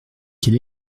quel